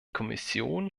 kommission